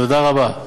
תודה רבה.